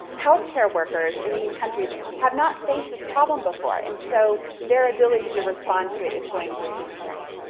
health care workers in these countries have not faced this problem before, and so their ability to respond to it is going to be constrained.